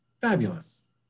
Fabulous